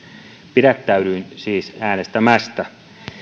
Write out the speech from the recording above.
pidättäydyin siis äänestämästä